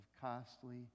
costly